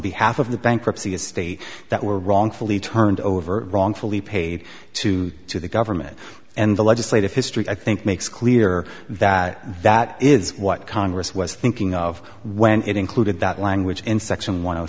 behalf of the bankruptcy estate that were wrongfully turned over wrongfully paid to to the government and the legislative history i think makes clear that that is what congress was thinking of when it included that language in section one